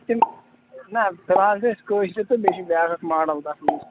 تِم نہَ فِلحال چھِ اَسہِ کٲشرِ تہٕ بیٚیہِ چھِ بیٛاکھ اَکھ ماڈل تَتھ منٛز